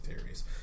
theories